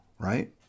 Right